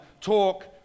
talk